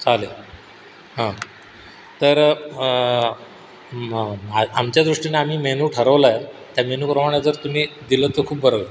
चालेल हां तर म्हाव म्हा आमच्या दृष्टीने आम्ही मेनू ठरवला आहे त्या मेनूप्रमाणे जसं तुम्ही दिलंत खूप बरं होईल